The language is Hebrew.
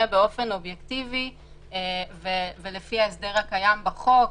ייחשבו לעסקה חריגה שמחייבת אישור בית משפט.